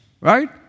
right